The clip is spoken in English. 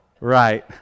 right